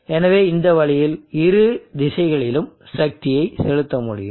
எனவே இந்த வழியில் இரு திசைகளிலும் சக்தியை செலுத்த முடியும்